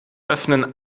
öffnen